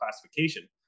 classification